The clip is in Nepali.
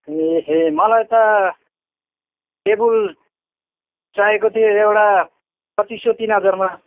ए हे मलाई त टेबल चाहिएको थियो एउटा पच्चिस सौ तिन हजारमा